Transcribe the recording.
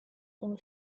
uno